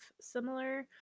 similar